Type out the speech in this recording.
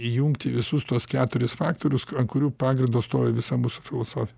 įjungti visus tuos keturis faktorius ant kurių pagrindo stovi visa mūsų filosofija